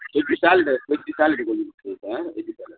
veg salad veg salad கொஞ்சம் கொடுத்துருங்க sir veg salad